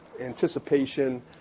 anticipation